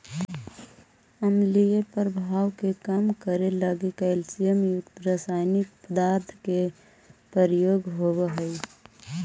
अम्लीय प्रभाव के कम करे लगी कैल्सियम युक्त रसायनिक पदार्थ के प्रयोग होवऽ हई